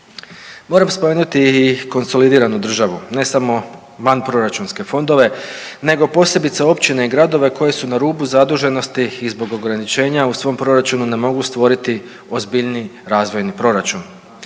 Moram spomenuti i konsolidiranu državu, ne samo van proračunske fondove, nego posebice općine i gradove koji su na rubu zaduženosti i zbog ograničenja u svom proračunu ne mogu stvoriti ozbiljni razvojni proračun.